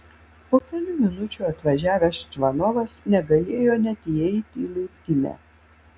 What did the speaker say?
po kelių minučių atvažiavęs čvanovas negalėjo net įeiti į laiptinę